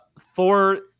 Thor